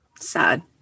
Sad